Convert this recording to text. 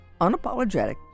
unapologetic